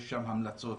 יש שם המלצות.